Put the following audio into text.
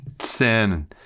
sin